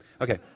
Okay